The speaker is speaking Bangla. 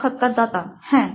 সাক্ষাৎকারদাতা হ্যাঁ